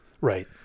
Right